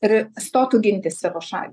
ir stotų ginti savo šalį